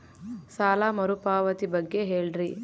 ಸಾಲ ಮರುಪಾವತಿ ಬಗ್ಗೆ ಹೇಳ್ರಿ?